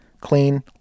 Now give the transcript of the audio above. clean